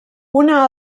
una